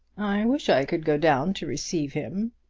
i wish i could go down to receive him,